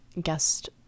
guest